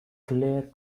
clare